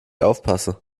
aufpasse